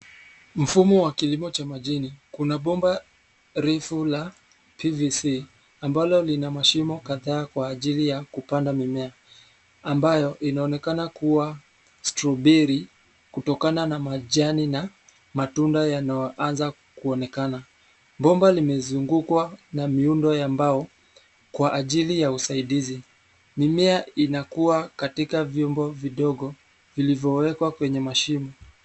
Mfumo wa kilimo cha majini, kuna bomba refu la PVC ambalo lina mashimo kadhaa kwa ajili ya kupanda. Mimea ambayo inaonekana kuwa strawberry kutokana na majani na matunda yanayoanza kuonekana, bomba limezungukwa na miundo ya mbao kwa ajili ya usaidizi. Mimea inakuwa katika vyombo vidogo vilivyowekwa kwenye mashimo.